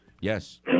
Yes